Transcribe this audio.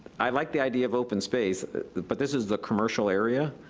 i like the idea of open space, but this is the commercial area.